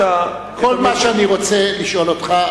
כל מה שאני רוצה לשאול אותך,